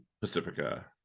Pacifica